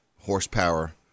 horsepower